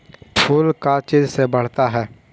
फूल का चीज से बढ़ता है?